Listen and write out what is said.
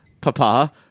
papa